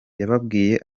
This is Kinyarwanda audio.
yababwiye